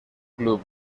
club